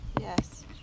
yes